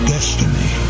Destiny